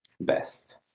best